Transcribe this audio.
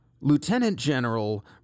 Lieutenant-General